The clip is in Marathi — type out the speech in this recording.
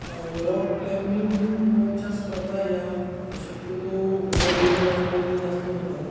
रॉक क्लाइम्बिंगच्या स्पर्धा या शक्यतो डोंगरदऱ्यामध्ये जास्त होतात